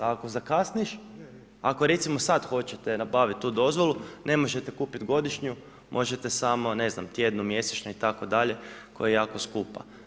Ako zakasniš, ako recimo sad hoćete nabaviti tu dozvolu, ne možete kupiti godišnju, možete samo, ne znam, tjednu, mjesečnu itd. koja je jako skupa.